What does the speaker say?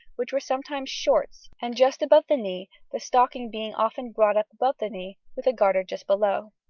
which were sometimes shorts, and just above the knee, the stocking being often brought up above the knee, with a garter just below.